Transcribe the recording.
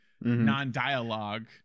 non-dialogue